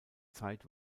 zeit